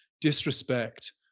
disrespect